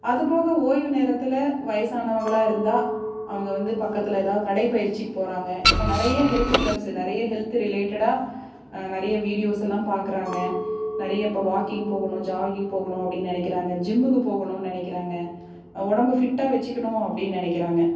அதுப்போக ஓய்வு நேரத்தில் வயசானவங்களாக இருந்தால் அவங்க வந்து பக்கத்தில் எதாவது நடைப்பயிற்சிக்கு போகிறாங்க இப்போ நிறைய ஹெல்த்து க்ளப்ஸு நிறைய ஹெல்த்து ரிலேட்டடாக நிறைய வீடியோஸெல்லாம் பார்க்குறாங்க நிறைய இப்போ வாக்கிங் போகணும் ஜாகிங் போகணும் அப்படின்னு நினைக்குறாங்க ஜிம்முக்கு போகணுன்னு நினைக்குறாங்க உடம்ப ஃபிட்டாக வச்சுக்கணும் அப்படின்னு நினைக்குறாங்க